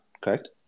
correct